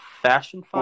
Fashion